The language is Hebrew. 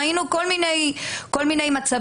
ראינו כל מיני מצבים,